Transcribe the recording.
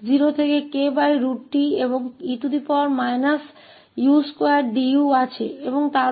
तो यह ukt यहाँ का